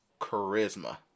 charisma